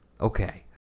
Okay